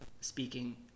speaking